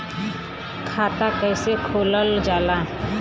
खाता कैसे खोलल जाला?